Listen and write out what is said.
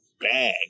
bag